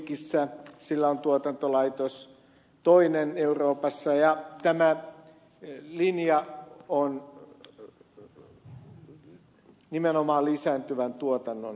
sköldvikissä sillä on tuotantolaitos toinen euroopassa ja tämä linja on nimenomaan lisääntyvän tuotannon linja